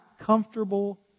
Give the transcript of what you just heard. comfortable